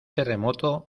terremoto